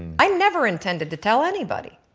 i never intended to tell anybody.